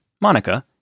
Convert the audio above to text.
Monica